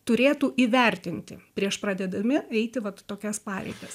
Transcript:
turėtų įvertinti prieš pradėdami eiti vat tokias pareigas